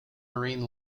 marine